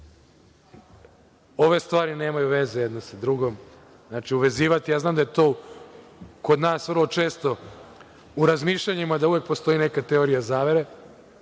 Ove stvari nemaju veze jedna sa drugom. Znači, uvezivati, znam da je to kod nas vrlo često u razmišljanjima, da uvek postoji neka teorija zavere.